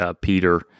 Peter